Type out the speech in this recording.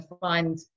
find